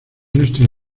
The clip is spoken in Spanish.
nuestra